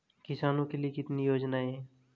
किसानों के लिए कितनी योजनाएं हैं?